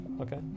okay